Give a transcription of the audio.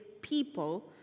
people